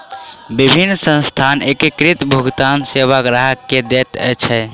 विभिन्न संस्थान एकीकृत भुगतान सेवा ग्राहक के दैत अछि